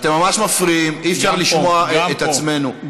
אתם ממש מפריעים, אי-אפשר לשמוע את עצמנו.